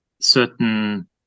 certain